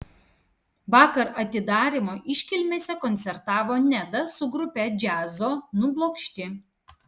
vakar atidarymo iškilmėse koncertavo neda su grupe džiazo nublokšti